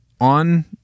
On